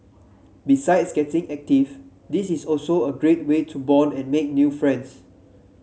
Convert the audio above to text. besides getting active this is also a great way to bond and make new friends